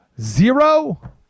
zero